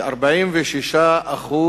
ש-46%